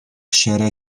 ҫӗре